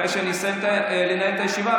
אחרי שאני אסיים לנהל את הישיבה,